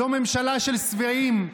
זו ממשלה של שבעים,